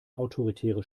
autoritäre